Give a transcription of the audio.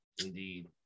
Indeed